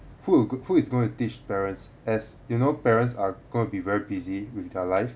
who would~ who is going to teach parents as you know parents are going to be very busy with their life